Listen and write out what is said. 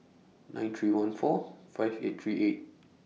nine three one four five eight three eight